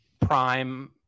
prime